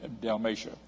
Dalmatia